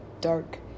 dark